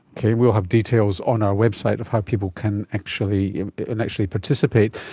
okay, we will have details on our website of how people can actually you know and actually participate.